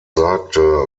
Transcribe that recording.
sagte